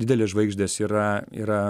didelės žvaigždės yra yra